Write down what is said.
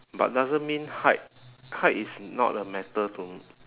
but doesn't mean height height is not a matter to m~